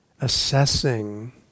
assessing